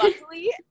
luckily